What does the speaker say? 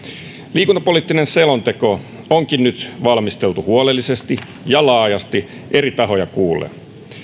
liikuntapoliittinen selonteko onkin nyt valmisteltu huolellisesti ja laajasti eri tahoja kuullen